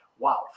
Wow